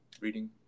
reading